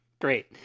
great